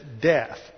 death